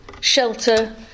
shelter